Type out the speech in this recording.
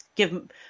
Give